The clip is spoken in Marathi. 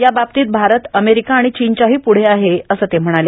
याबाबतीत भारत अमेरिका आणि चीनच्याही पूढे आहे असं ते म्हणाले